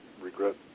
regret